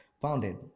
founded